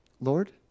Lord